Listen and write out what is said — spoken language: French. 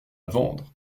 vendre